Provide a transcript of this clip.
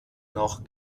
noch